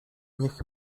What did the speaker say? niech